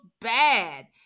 bad